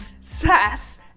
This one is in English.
sass